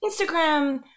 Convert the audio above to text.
Instagram